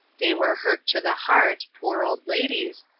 they were hurt to the heart, poor old ladies,